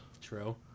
True